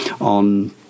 on